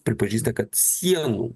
pripažįsta kad sienų